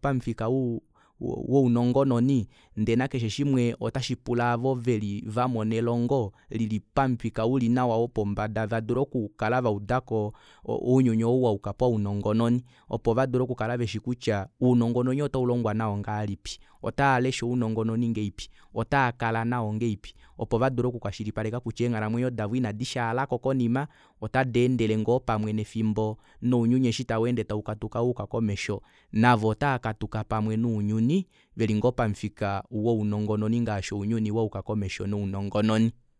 pamufika wuu wunongononi ndee nakeshe shimwe otashipula aavo vamona elongo lilipamufika ulinawa wopombada tadulu okukala waudako ounyuni ou wayuka paunongononi opo vadule okukala veshi kutya ounongononi ota ulongwa nao ngahelipi otava lesha ounongononi ngahelipi otaakala nao ngahelipi opo vadule oku kwashilipaleka kutya eenghalamwenyo davo ina dishaalako konima ota deendele ngoo pamwe nefimbo nounyuni eshi taweeende taukatuka wayuka komesho navo otaakatuka pamwe nounyuni veli ngoo pamufika wounongononi ngaashi ounyuni wayuka komesho nounongononi